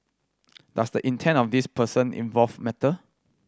does the intent of this person involved matter